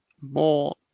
more